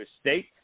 State